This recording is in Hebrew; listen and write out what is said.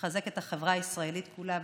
לחזק את החברה הישראלית כולה.